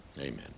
Amen